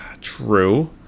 True